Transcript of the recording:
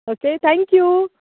okay thank you